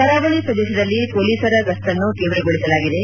ಕರಾವಳಿ ಪ್ರದೇಶದಲ್ಲಿ ಪೊಲೀಸರ ಗಸ್ತನ್ನು ತೀವ್ರಗೊಳಿಸಲಾಗಿದೆ